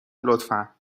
لطفا